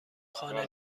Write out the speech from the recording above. خانه